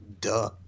Duh